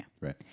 right